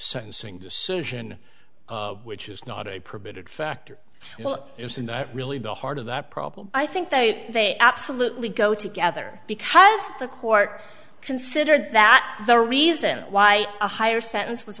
sentencing decision which is not a permitted factor well isn't that really the heart of that problem i think they absolutely go together because the court considered that the reason why a higher sentence w